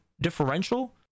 differential